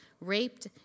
raped